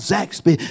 Zaxby